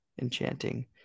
enchanting